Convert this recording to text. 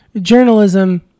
journalism